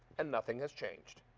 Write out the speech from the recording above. and nothing has changed.